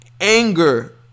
anger